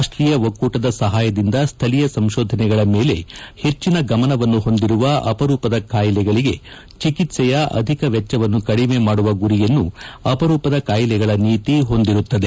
ರಾಷ್ವೀಯ ಒಕ್ಕೂಟದ ಸಹಾಯದಿಂದ ಸ್ಥಳೀಯ ಸಂಶೋಧನೆಗಳ ಮೇಲೆ ಹೆಚ್ಚಿನ ಗಮನವನ್ನು ಹೊಂದಿರುವ ಅಪರೂಪದ ಕಾಯಿಲೆಗಳಿಗೆ ಚಿಕಿತ್ಪೆಯ ಅಧಿಕ ವೆಚ್ಚವನ್ನು ಕಡಿಮೆ ಮಾಡುವ ಗುರಿಯನ್ನು ಅಪರೂಪದ ಕಾಯಿಲೆಗಳ ನೀತಿ ಹೊಂದಿರುತ್ತದೆ